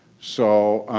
so,